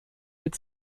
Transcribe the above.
mit